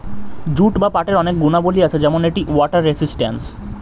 jute বা পাটের অনেক গুণাবলী আছে যেমন এটি ওয়াটার রেজিস্ট্যান্স